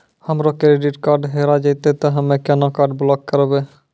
हमरो credit card हेरा जेतै ते हम्मय केना कार्ड ब्लॉक करबै?